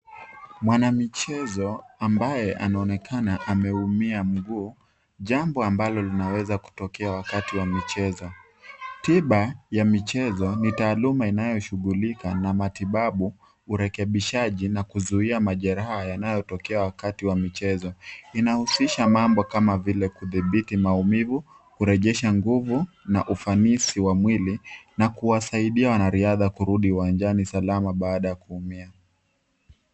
Mwanamichezo ambaye anaonekana ameumia mguu jambo ambalo linaweza kutokea wakati wa michezo. Tiba ya michezo ni taaluma inayo shugulika na matibabu urekebishaji na kuzuia majeraha yanayotokea wakati wa michezo. Inahusisha mambo kama vile kudhibiti maumivu, kurejesha nguvu na ufanisi wa mwili na kuwasaidia wanariadha kurudi uwanjani salama baada kuumia.